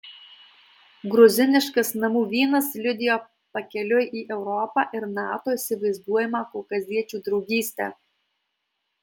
gruziniškas namų vynas liudijo pakeliui į europą ir nato įsivaizduojamą kaukaziečių draugystę